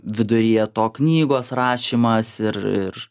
viduryje to knygos rašymas ir ir